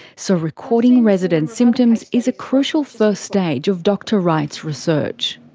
so recording residents' symptoms is a crucial first stage of dr wright's research.